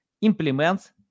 implements